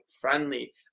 friendly